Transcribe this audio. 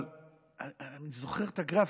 אבל אני זוכר את הגרפים,